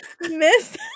Miss